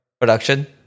production